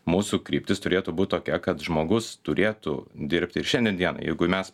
mūsų kryptis turėtų būt tokia kad žmogus turėtų dirbti ir šiandien dienai jeigu mes